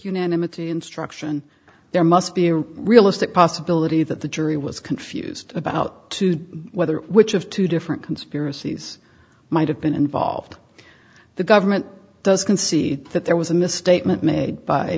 unanimously instruction there must be a realistic possibility that the jury was confused about to whether which of two different conspiracies might have been involved the government does concede that there was a misstatement made by